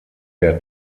der